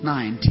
Nine